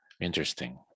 Interesting